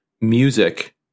music